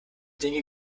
dinge